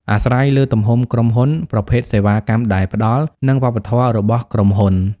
អាស្រ័យលើទំហំក្រុមហ៊ុន ប្រភេទសេវាកម្មដែលផ្ដល់ និងវប្បធម៌របស់ក្រុមហ៊ុន។